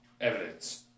Evidence